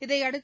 இதையடுத்து